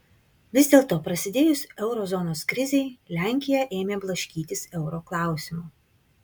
vis dėlto prasidėjus euro zonos krizei lenkija ėmė blaškytis euro klausimu